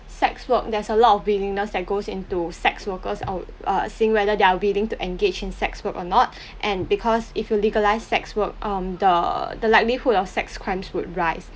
sex work there's a lot of willingness that goes into sex workers or err seeing whether they are willing to engage in sex work or not and because if you legalize sex work um the the likelihood of sex crimes would rise